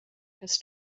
has